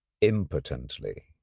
impotently